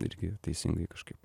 irgi teisingai kažkaip